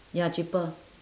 ya cheaper